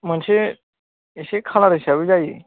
मोनसे इसे खालार हिसाबै जायो